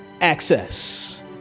access